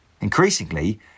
Increasingly